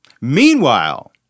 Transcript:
Meanwhile